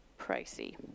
pricey